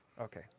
Okay